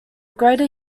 greater